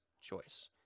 choice